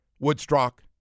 Woodstock